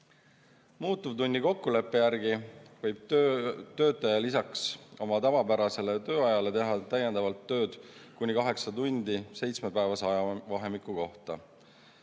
Muutuvtunni kokkuleppe järgi võib töötaja lisaks oma tavapärasele tööajale teha täiendavat tööd kuni kaheksa tundi seitsmepäevase ajavahemiku kohta.